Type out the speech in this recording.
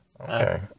Okay